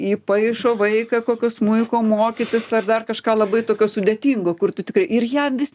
įpaišo vaiką kokio smuiko mokytis ar dar kažką labai tokio sudėtingo kur tu tikrai ir jam vis